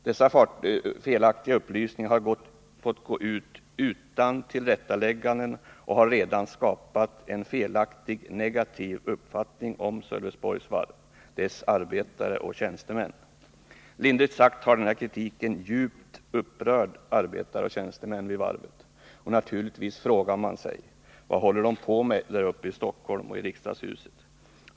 Dessa felaktiga upplysningar har fått gå ut utan tillrättalägganden, och de har redan skapat en felaktig, negativ uppfattning om Sölvesborgs Varv och dess arbetare och tjänstemän. Lindrigt sagt har den kritiken djupt upprört arbetare och tjänstemän vid varvet. Naturligtvis frågar man sig: Vad håller de på med där uppe i Stockholm och i riksdagshuset?